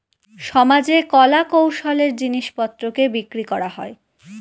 সমাজে কলা কৌশলের জিনিস পত্রকে বিক্রি করা হয়